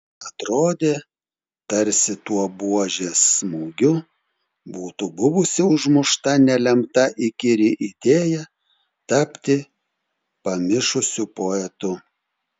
atrodė tarsi tuo buožės smūgiu būtų buvusi užmušta nelemta įkyri idėja tapti pamišusiu poetu